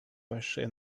большие